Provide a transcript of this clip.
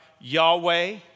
Yahweh